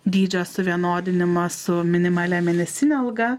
dydžio suvienodinimą su minimalia mėnesine alga